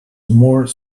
more